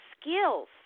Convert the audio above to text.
skills